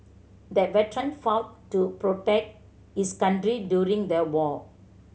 the veteran fought to protect his country during the war